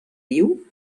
viu